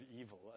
evil